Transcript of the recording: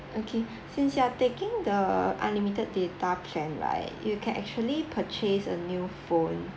okay since you're taking the unlimited data plan right you can actually purchase a new phone